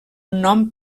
nom